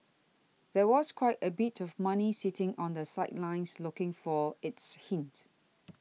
there was quite a bit of money sitting on the sidelines looking for it's hint